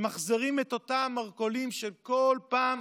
ממחזרים את אותה מרכולת של כל פעם,